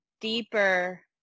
deeper